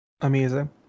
amazing